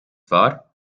wahr